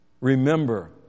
remember